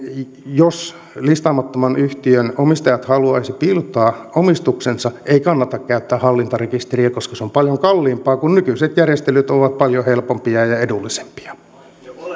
jos listaamattoman yhtiön omistajat haluaisivat piilottaa omistuksensa ei kannata käyttää hallintarekisteriä koska se on paljon kalliimpaa nykyiset järjestelyt ovat paljon helpompia ja edullisempia